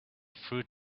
fruit